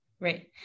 right